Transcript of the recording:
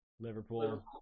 Liverpool